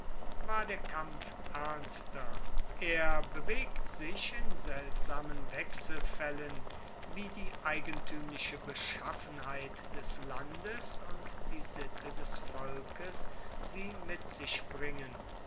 war der kampf ernster er bewegt sich in seltsamen wechselfaellen wie die eigentuemliche beschaffenheit des landes und die sitte des volkes sie mit sich bringen